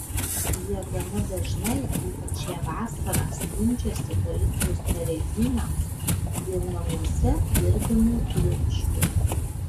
jie gana dažnai ypač šią vasarą skundžiasi policijos pareigūnams dėl namuose girdimo triukšmo